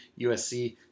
USC